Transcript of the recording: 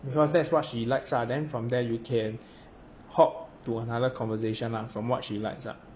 because that's what she likes ah then from there you can hop to another conversation ah from what she likes ah